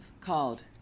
called